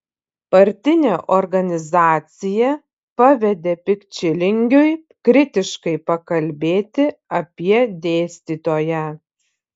partinė organizacija pavedė pikčilingiui kritiškai pakalbėti apie dėstytoją